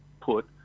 put